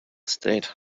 state